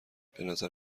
بنظر